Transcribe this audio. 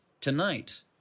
tonight